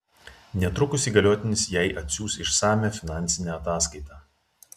netrukus įgaliotinis jai atsiųs išsamią finansinę ataskaitą